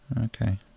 okay